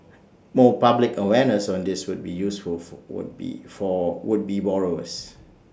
more public awareness on this would be useful full would be for would be borrowers